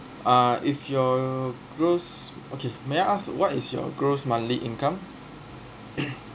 uh if your gross okay may I ask what is your gross monthly income